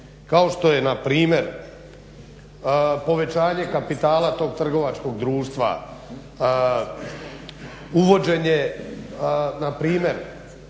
Kao što je npr. povećanje kapitala tog trgovačkog društva, uvođenje npr. evo